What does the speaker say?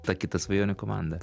ta kita svajonių komanda